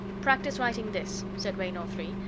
practice writing this, said raynor three,